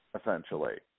essentially